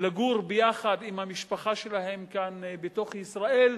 לגור ביחד עם המשפחה שלהם כאן בתוך ישראל,